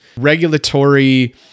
regulatory